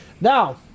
Now